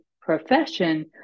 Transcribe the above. profession